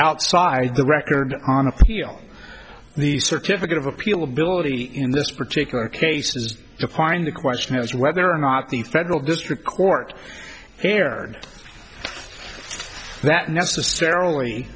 outside the record on appeal the certificate of appeal ability in this particular case is applying the question is whether or not the federal district court erred that necessarily